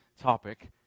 topic